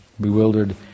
Bewildered